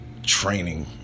training